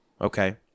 Okay